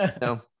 no